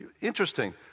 Interesting